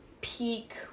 peak